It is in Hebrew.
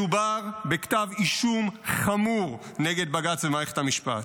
מדובר בכתב אישום חמור נגד בג"ץ ומערכת המשפט.